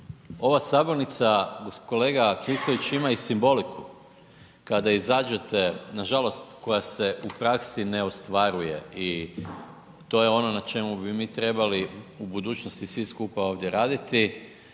Ova sabornica kolega Klisović ima i simboliku, kada izađete, nažalost koja se u praksi ne ostvaruje i to je ono na čemu bi mi trebali u budućnosti svi skupa ovdje raditi